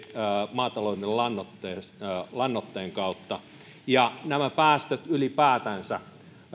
maatalouden lannoitteen lannoitteen kautta ja nämä päästöt ylipäätänsä